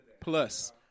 plus